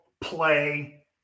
play